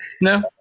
No